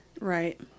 Right